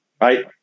Right